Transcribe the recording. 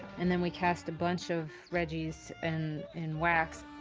and then we cast a bunch of reggies and in wax.